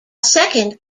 second